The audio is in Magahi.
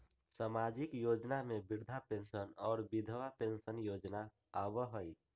सामाजिक योजना में वृद्धा पेंसन और विधवा पेंसन योजना आबह ई?